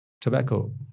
tobacco